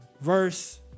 verse